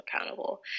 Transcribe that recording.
accountable